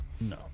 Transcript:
No